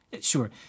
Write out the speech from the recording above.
Sure